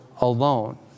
alone